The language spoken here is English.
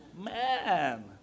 Man